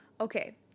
Okay